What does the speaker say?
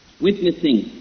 witnessing